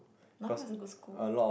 now must you go school